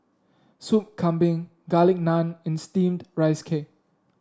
Sop Kambing Garlic Naan and steamed Rice Cake